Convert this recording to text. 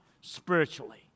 spiritually